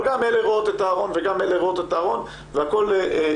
אבל גם אלה רואות את הארון וגם אלה רואות את הארון והכול נשמר.